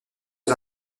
aux